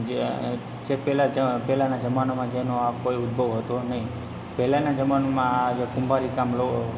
જે જે પહેલાં જ પહેલાંના જમાનામાં જેનો કોઈ ઉદ્ભવ હતો નહીં પહેલાનાં જમાનામાં આ જે કુંભારી કામ લો